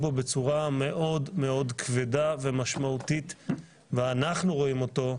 בצורה מאוד מאוד כבדה ומשמעותית ואנחנו רואים אותו,